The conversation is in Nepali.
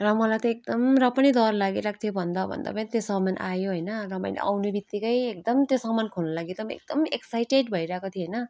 र मलाई तै एकदम र पनि दर लागिरहेको थियो भन्दा भन्दामै त्यो सामान आयो होइन र मैले आउने बित्तिकै एकदम त्यो समान खोल्नुको लागि चाहिँ एकदम एक्साइटेड भइरहेको थिएँ होइन